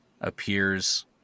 appears